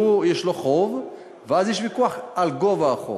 הוא, יש לו חוב, ואז יש ויכוח על גובה החוב.